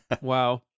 Wow